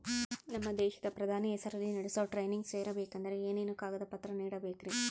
ನಮ್ಮ ದೇಶದ ಪ್ರಧಾನಿ ಹೆಸರಲ್ಲಿ ನಡೆಸೋ ಟ್ರೈನಿಂಗ್ ಸೇರಬೇಕಂದರೆ ಏನೇನು ಕಾಗದ ಪತ್ರ ನೇಡಬೇಕ್ರಿ?